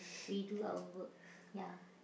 we do our work ya